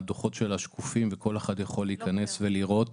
הדוחות שלה שקופים וכל אחד יכול להיכנס ולראות